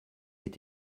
est